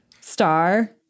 Star